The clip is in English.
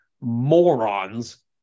morons